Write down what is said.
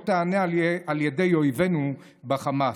לא תיענה על ידי אויבינו בחמאס.